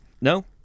No